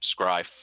scry